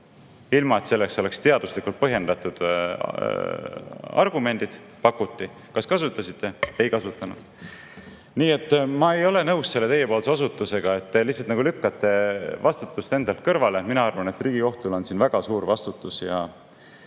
ilma et selleks oleks teaduslikult põhjendatud argumendid? Pakuti. Kas te kasutasite seda? Ei kasutanud. Nii et ma ei ole nõus selle teiepoolse osutusega, te lihtsalt nagu lükkate vastutust endalt kõrvale. Mina arvan, et Riigikohtul on siin väga suur vastutus,